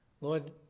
Lord